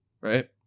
right